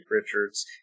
Richards